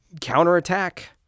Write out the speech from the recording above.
counterattack